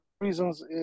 reasons